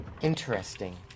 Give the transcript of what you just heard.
Interesting